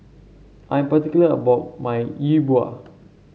I'm particular about my Yi Bua